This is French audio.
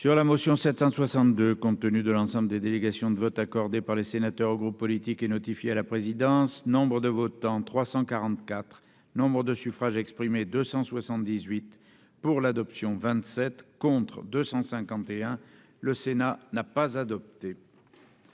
Sur la motion 762 compte tenu de l'ensemble des délégations de vote accordé par les sénateurs groupes politiques et notifié à la présidence Nombre de votants : 344 Nombre de suffrages exprimés 278 pour l'adoption 27 contre 251 le Sénat n'a pas adopté.